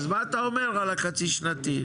אז מה אתה אומר על החצי שנתי?